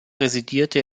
residierte